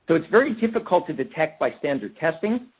so it's very difficult to detect by standard testing.